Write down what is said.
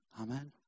Amen